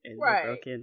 Right